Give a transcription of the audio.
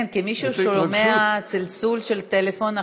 כן, כי מישהו שומע צלצול של טלפון.